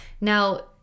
Now